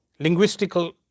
linguistical